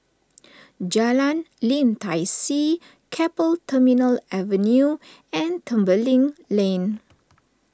Jalan Lim Tai See Keppel Terminal Avenue and Tembeling Lane